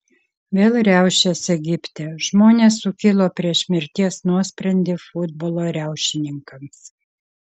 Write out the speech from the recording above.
vėl riaušės egipte žmonės sukilo prieš mirties nuosprendį futbolo riaušininkams